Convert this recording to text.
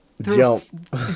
jump